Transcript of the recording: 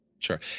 Sure